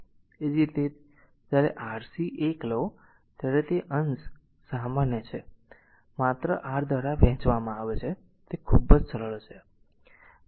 એ જ રીતે જ્યારે આરસી 1 લો ત્યારે તે અંશ સામાન્ય છે માત્ર આર દ્વારા વહેંચવામાં આવે છે તે ખૂબ જ સરળ છે